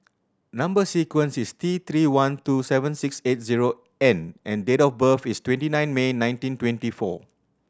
number sequence is T Three one two seven six eight zero N and date of birth is twenty nine May nineteen twenty four